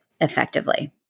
effectively